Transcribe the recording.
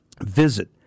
Visit